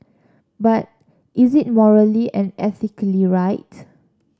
but is it morally and ethically right